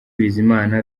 bizimana